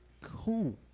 cool